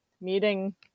meeting